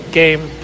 game